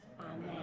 Amen